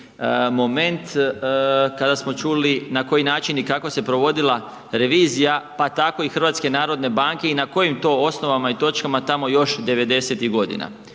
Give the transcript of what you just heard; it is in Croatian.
moment, kada smo čuli na koji način i kako se provodila revizija, pa tako i HNB-a i na kojim to osnovama i točkama tamo još 90-ih godina.